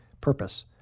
Purpose